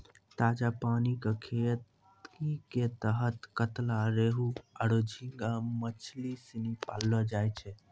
ताजा पानी कॅ खेती के तहत कतला, रोहूआरो झींगा मछली सिनी पाललौ जाय छै